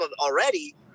already